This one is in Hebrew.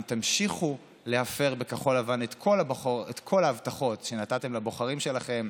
אם תמשיכו להפר בכחול לבן את כל ההבטחות שנתתם לבוחרים שלכם,